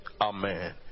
Amen